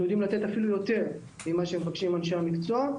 אנחנו יודעים לתת אפילו יותר ממה שמבקשים אנשי המקצוע,